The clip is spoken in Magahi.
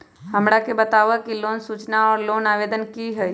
हमरा के बताव कि लोन सूचना और लोन आवेदन की होई?